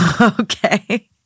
Okay